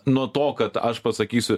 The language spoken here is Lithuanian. nuo to kad aš pasakysiu